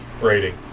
rating